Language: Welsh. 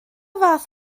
fath